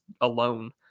alone